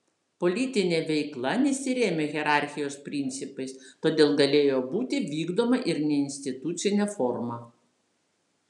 politinė veikla nesirėmė hierarchijos principais todėl galėjo būti vykdoma ir neinstitucine forma